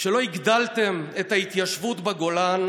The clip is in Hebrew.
שלא הגדלתם את ההתיישבות בגולן,